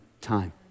time